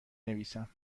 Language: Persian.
نویسم